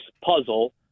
puzzle